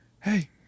Hey